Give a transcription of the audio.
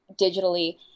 digitally